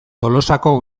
tolosako